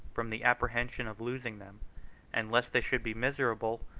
from the apprehension of losing them and, lest they should be miserable,